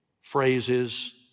phrases